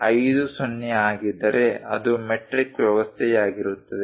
50 ಆಗಿದ್ದರೆ ಅದು ಮೆಟ್ರಿಕ್ ವ್ಯವಸ್ಥೆಯಾಗಿರುತ್ತದೆ